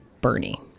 Bernie